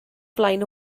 flaen